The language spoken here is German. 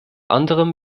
anderem